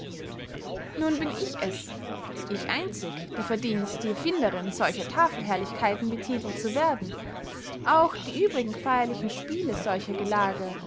nun bin ich es ich einzig die verdient die erfinderinn solcher tafelherrlichkeiten betitelt zu werden auch die übrigen feyerlichen spiele solcher gelage